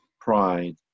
pride